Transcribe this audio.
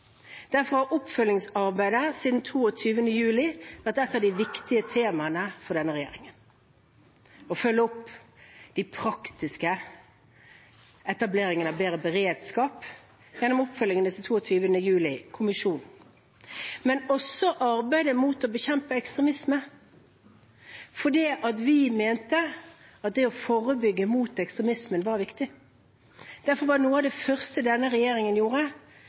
Derfor har oppfølgingsarbeidet siden 22. juli vært et av de viktige temaene for denne regjeringen, å følge opp det praktiske: etableringen av bedre beredskap gjennom oppfølgingen av 22. juli-kommisjonen, men også arbeidet for å bekjempe ekstremisme, fordi vi mente at det å forebygge ekstremisme var viktig. Derfor var noe av det første denne regjeringen gjorde,